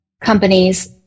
companies